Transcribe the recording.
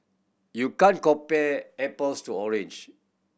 you can't compare apples to orange